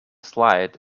slide